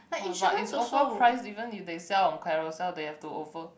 !wah! but it's overpriced even if they sell on Carousell they have to over